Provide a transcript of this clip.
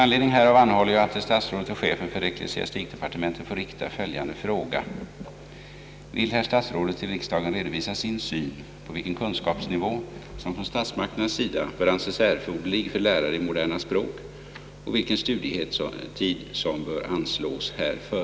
Vill herr statsrådet till riksdagen redovisa sin syn på vilken kunskapsnivå som från statsmakternas sida bör anses erforderlig för lärare i moderna språk och vilken studietid som bör anslås härför?